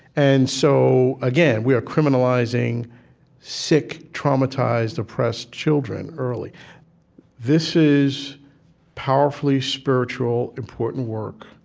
and so, again, we are criminalizing sick, traumatized, oppressed children early this is powerfully spiritual, important work